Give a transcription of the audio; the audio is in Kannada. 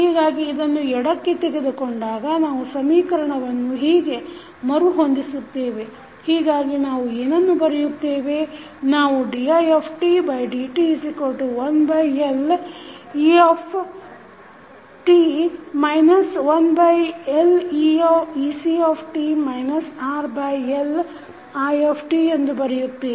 ಹೀಗಾಗಿ ಇದನ್ನು ಎಡಕ್ಕೆ ತೆಗೆದುಕೊಂಡಾಗ ನಾವು ಸಮೀಕರಣವನ್ನು ಹೀಗೆ ಮರು ಹೊಂದಿಸುತ್ತೇವೆ ಹೀಗಾಗಿ ನಾವು ಏನನ್ನು ಬರೆಯುತ್ತೇವೆ ನಾವು didt1Let 1Lec RLi ಎಂದು ಬರೆಯುತ್ತೇವೆ